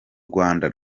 rwanda